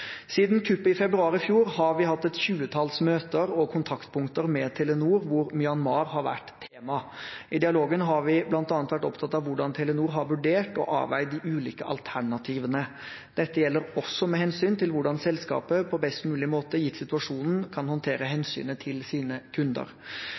Siden kuppet i februar i fjor har vi hatt et tjuetalls møter og kontaktpunkter med Telenor hvor Myanmar har vært tema. I dialogen har vi bl.a. vært opptatt av hvordan Telenor har vurdert og avveid de ulike alternativene. Dette gjelder også med hensyn til hvordan selskapet på best mulig måte, gitt situasjonen, kan håndtere